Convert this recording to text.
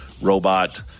robot